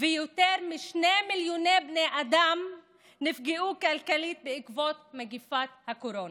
ויותר משני מיליון בני אדם נפגעו כלכלית בעקבות מגפת הקורונה.